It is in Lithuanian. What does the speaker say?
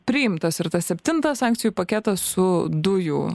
priimtas ir tas septintas sankcijų paketas su dujų